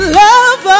love